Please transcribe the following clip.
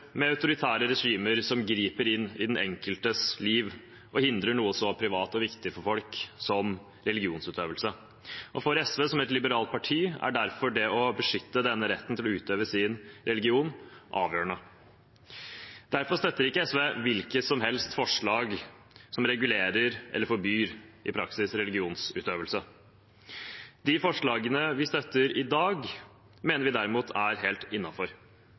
med autoritære regimer som griper inn i den enkeltes liv og hindrer noe så privat og viktig for folk som religionsutøvelse. For SV som et liberalt parti er derfor det å beskytte retten til utøve sin religion avgjørende. Derfor støtter ikke SV hvilke som helst forslag som regulerer eller i praksis forbyr religionsutøvelse. De forslagene vi støtter i dag, mener vi derimot er helt innafor